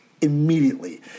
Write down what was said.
immediately